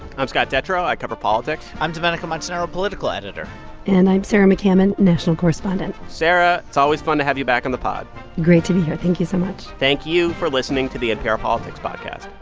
i'm scott detrow. i cover politics i'm domenico montanaro, political editor and i'm sarah mccammon, national correspondent sarah, it's always fun to have you back in the pod great to be here. thank you so much thank you for listening to the npr politics podcast